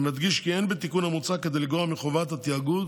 אני מדגיש כי אין בתיקון המוצע כדי לגרוע מחובת התיאגוד